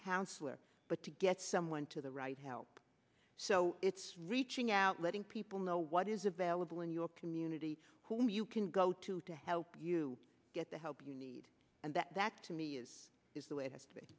counselor but to get someone to the right help so it's reaching out letting people know what is available in your community whom you can go to to help you get the help you need and that back to me is is the way it has to be